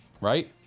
right